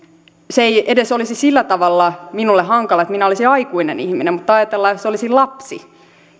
ei edes olisi sillä tavalla minulle hankala koska minä olisin aikuinen ihminen mutta ajatellaan että jos se olisi lapsi